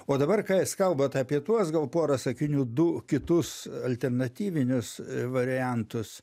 o dabar ką jūs kalbat apie tuos gal pora sakinių du kitus alternatyvinius variantus